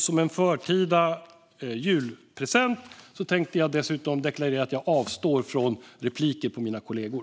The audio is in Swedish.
Som en förtida julpresent tänkte jag dessutom deklarera att jag kommer att avstå från att begära replik på mina kollegor.